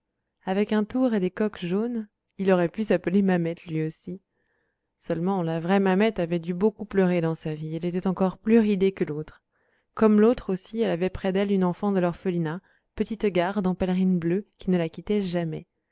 avec un tour et des coques jaunes il aurait pu s'appeler mamette lui aussi seulement la vraie mamette avait dû beaucoup pleurer dans sa vie et elle était encore plus ridée que l'autre comme l'autre aussi elle avait près d'elle une enfant de l'orphelinat petite garde en pèlerine bleue qui ne la quittait jamais